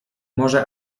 może